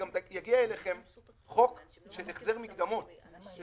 אדם הגיע והמציאות היא שהוא